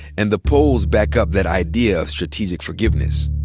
and the polls back up that idea of strategic forgiveness.